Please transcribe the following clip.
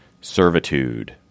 servitude